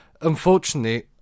Unfortunately